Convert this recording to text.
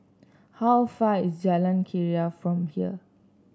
how far is Jalan Keria from here